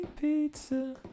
pizza